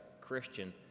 Christian